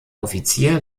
offizier